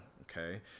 okay